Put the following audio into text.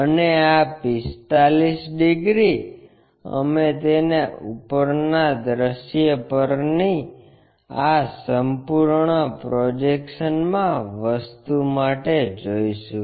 અને આ 45 ડિગ્રી અમે તેને ઉપરના દૃશ્ય પરની આ સંપૂર્ણ પ્રોજેક્શન મા વસ્તુ માટે જોઈશું